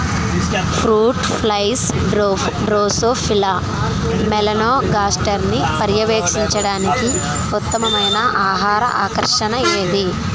Fruit flies drosophila మెలనోగాస్టర్ని పర్యవేక్షించడానికి ఉత్తమమైన ఆహార ఆకర్షణ ఏది?